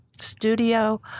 studio